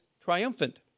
triumphant